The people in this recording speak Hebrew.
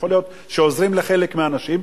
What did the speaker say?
יכול להיות שעוזרים לחלק מהאנשים,